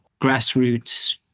grassroots